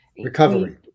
recovery